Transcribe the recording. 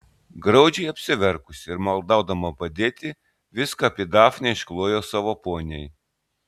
graudžiai apsiverkusi ir maldaudama padėti viską apie dafnę išklojo savo poniai